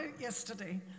yesterday